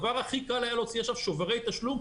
הדבר הכי קל היה להוציא עכשיו שוברי תשלום,